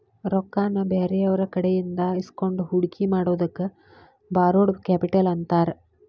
ರೊಕ್ಕಾನ ಬ್ಯಾರೆಯವ್ರಕಡೆಇಂದಾ ಇಸ್ಕೊಂಡ್ ಹೂಡ್ಕಿ ಮಾಡೊದಕ್ಕ ಬಾರೊಡ್ ಕ್ಯಾಪಿಟಲ್ ಅಂತಾರ